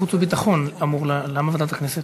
חוץ וביטחון אמורה, למה ועדת הכנסת?